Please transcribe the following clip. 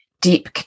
deep